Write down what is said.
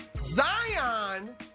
Zion